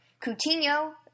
Coutinho